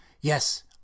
yes